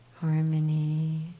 harmony